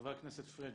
חבר הכנסת פריג'.